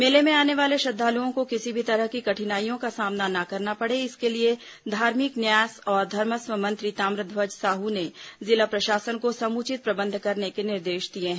मेले में आने वाले श्रद्दालुओं को किसी भी तरह की कठिनाइयों का सामना न करना पड़े इसके लिए धार्मिक न्यास और धर्मस्व मंत्री ताम्रध्वज साहू ने जिला प्रशासन को समुचित प्रबंध करने के निर्देश दिए हैं